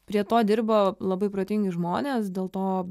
prie to dirba labai protingi žmonės dėl to